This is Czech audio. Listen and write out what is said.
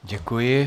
Děkuji.